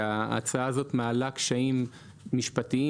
שההצעה הזאת מעלה קשיים משפטיים,